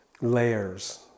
layers